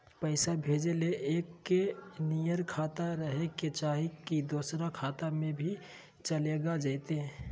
पैसा भेजे ले एके नियर खाता रहे के चाही की दोसर खाता में भी चलेगा जयते?